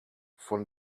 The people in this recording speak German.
von